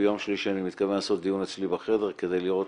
ביום שלישי אני מתכוון לעשות דיון אצלי בחדר כדי לראות